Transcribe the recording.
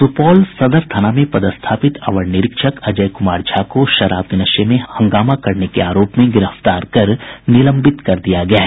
सुपौल जिले के सदर थाने में पदस्थापित अवर निरीक्षक अजय कुमार झा को शराब के नशे में हंगामा करने के आरोप में गिरफ्तार कर निलंबित कर दिया गया है